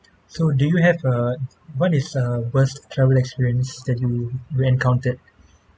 so do you have err what is err worst travel experience that you you encountered